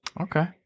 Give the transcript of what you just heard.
Okay